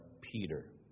Peter